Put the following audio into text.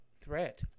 threat